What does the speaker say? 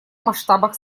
масштабах